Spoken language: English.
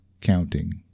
counting